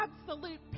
absolute